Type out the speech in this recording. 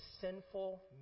sinful